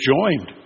joined